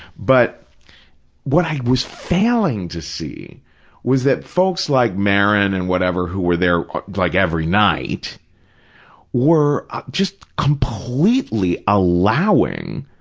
but what i was failing to see was that folks like maron and whatever who were there like every night were just completely allowing,